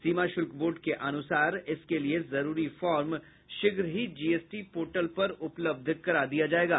सीमा शुल्क बोर्ड के अनुसार इसके लिए जरूरी फार्म शीघ्र ही जीएसटी पोर्टल पर उपलब्ध करा दिया जायेगा